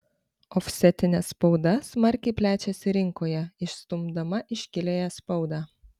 ofsetinė spauda smarkiai plečiasi rinkoje išstumdama iškiliąją spaudą